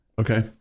Okay